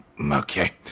Okay